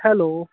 hello